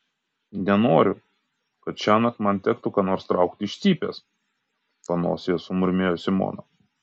nenoriu kad šiąnakt man tektų ką nors traukti iš cypės panosėje sumurmėjo simona